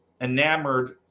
enamored